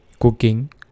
cooking